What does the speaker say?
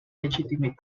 legitimate